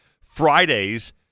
Fridays